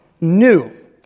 new